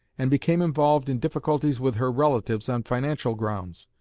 and become involved in difficulties with her relatives on financial grounds,